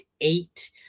eight